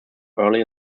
early